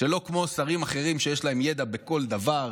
שלא כמו שרים אחרים שיש להם ידע בכל דבר,